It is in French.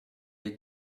est